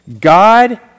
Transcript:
god